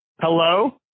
Hello